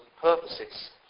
purposes